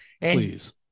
Please